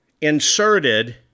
inserted